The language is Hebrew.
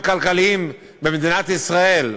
המומחים הכלכליים במדינת ישראל,